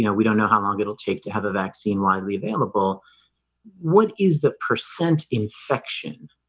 yeah we don't know how long it'll take to have a vaccine widely available what is the percent infection?